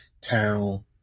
town